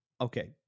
Okay